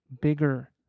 bigger